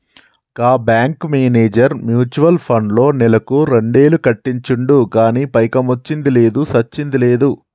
గా bank manager mutual ఫండ్లో నెలకు రెండేలు కట్టించిండు గానీ పైకమొచ్చ్చింది లేదు, సచ్చింది లేదు